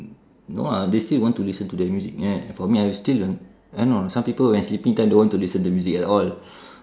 no lah they still will want to listen to their music ya for me I will still want I don't know some people when sleeping time don't want to listen to music at all